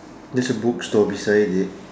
there's a bookstore beside it